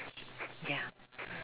ya